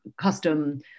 custom